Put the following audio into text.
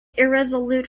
irresolute